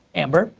amber.